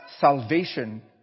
salvation